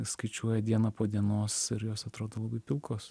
skaičiuoja dieną po dienos ir jos atrodo labai pilkos